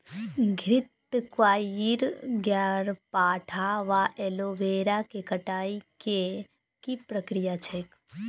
घृतक्वाइर, ग्यारपाठा वा एलोवेरा केँ कटाई केँ की प्रक्रिया छैक?